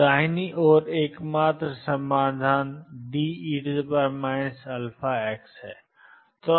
तो दाहिनी ओर एकमात्र समाधान D e αx है